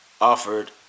offered